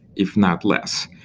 if not less.